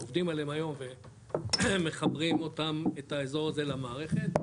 שעובדים עליהם היום והם מחברים את האזור הזה למערכת.